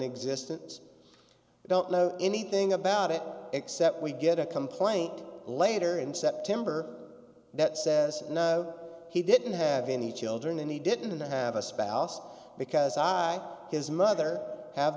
existence we don't know anything about it except we get a complaint later in september that says he didn't have any children and he didn't have a spouse because i i his mother have